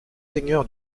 seigneurs